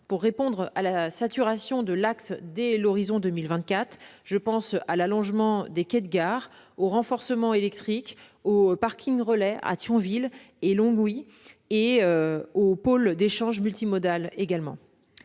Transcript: de répondre à la saturation de l'axe dès 2024. Je pense à l'allongement des quais de gare, au renforcement électrique, aux parkings-relais à Thionville et à Longwy ou au pôle d'échanges multimodal de